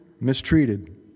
mistreated